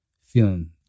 feeling